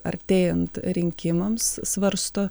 artėjant rinkimams svarsto